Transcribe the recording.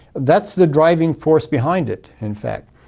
that's the driving force behind it in fact,